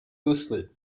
useful